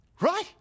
Right